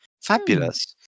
Fabulous